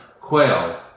quail